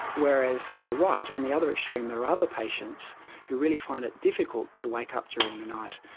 whereas, you're right, on the other extreme there are other patients who really find it difficult to wake up during the night.